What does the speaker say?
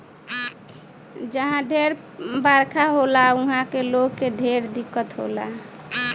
जहा ढेर बरखा होला उहा के लोग के ढेर दिक्कत होला